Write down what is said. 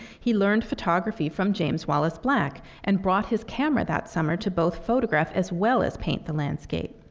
he learned photography from james wallace black and brought his camera that summer to both photograph as well as paint the landscape.